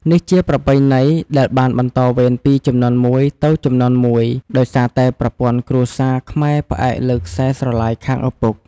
នេះជាប្រពៃណីដែលបានបន្តវេនពីជំនាន់មួយទៅជំនាន់មួយ ដោយសារតែប្រព័ន្ធគ្រួសារខ្មែរផ្អែកលើខ្សែស្រឡាយខាងឪពុក។